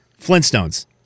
Flintstones